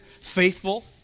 faithful